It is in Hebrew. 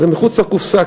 זה מחוץ לקופסה,